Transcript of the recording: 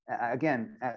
again